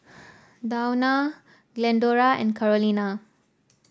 Dawna Glendora and Carolina